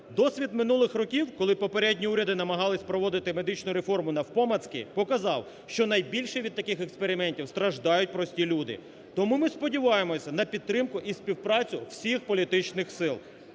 Досвід минулих років, коли попередні уряди намагалися проводити медичну реформу навпомацки, показав, що найбільше від таких експериментів страждають прості люди. Тому ми сподіваємося на підтримку і співпрацю всіх політичних сил.